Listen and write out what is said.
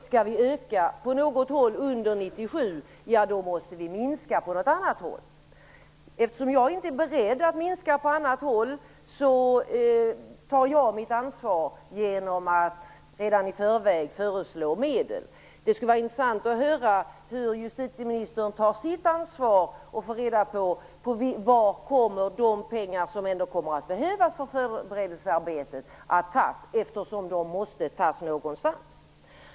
Skall vi öka på något håll under 1997 måste vi minska på något annat håll. Eftersom jag inte är beredd att minska på annat håll tar jag mitt ansvar genom att redan i förväg föreslå medel. Det skulle vara intressant att höra hur justitieministern tar sitt ansvar och få reda på varifrån de pengar kommer att tas som ändå kommer att behövas för förberedelsearbetet. De måste tas någonstans.